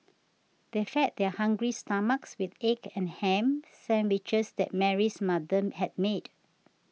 they fed their hungry stomachs with the egg and ham sandwiches that Mary's mother had made